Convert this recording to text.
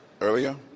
earlier